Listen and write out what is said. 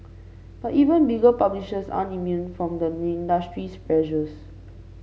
but even bigger publishers aren't immune from the industry's pressures